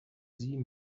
sie